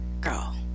girl